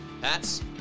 hats